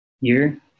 year